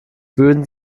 würden